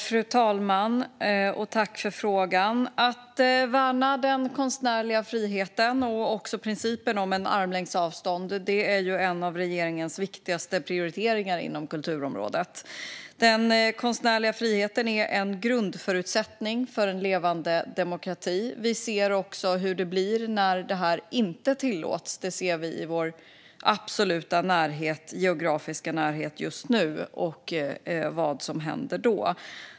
Fru talman! Tack, ledamoten, för frågan! Att värna den konstnärliga friheten och principen om armlängds avstånd är en av regeringens viktigaste prioriteringar inom kulturområdet. Den konstnärliga friheten är en grundförutsättning för en levande demokrati. Vi ser också hur det blir när det här inte tillåts. Vi ser det i vår absoluta geografiska närhet just nu, och vi ser vad som händer då.